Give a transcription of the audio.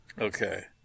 Okay